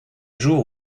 jour